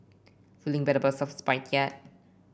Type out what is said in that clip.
feeling bad about yet